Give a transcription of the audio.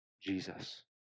Jesus